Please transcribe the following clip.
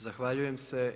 Zahvaljujem se.